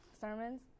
sermons